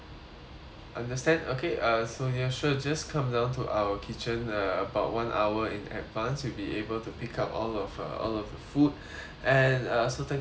understand okay uh so ya sure just come down to our kitchen uh about one hour in advance will be able to pick up all of uh all of the food and uh so thank you so much for